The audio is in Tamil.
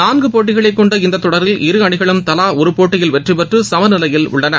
நான்கு போட்டிகளை கொண்ட இந்த தொடரில் இரு அணிகளும் தவா ஒரு போட்டியில் வெற்றி பெற்று சமநிலையில் உள்ளன